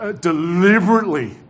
deliberately